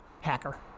hacker